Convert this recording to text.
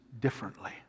differently